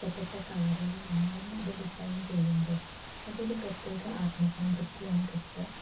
ഇഷ്ടപ്പെട്ട കളറില് നമ്മളന്നെ അത് ഡിസൈൻ ചെയ്യുമ്പോളഅ അതൊരു പ്രത്യേക ആത്മസംതൃപ്തിയാണു കിട്ടുക